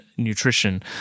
nutrition